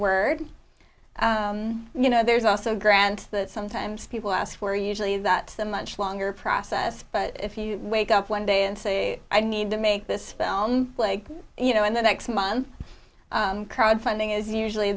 word you know there's also grant that sometimes people ask for usually that much longer process but if you wake up one day and say i need to make this film like you know in the next month crowdfunding is usually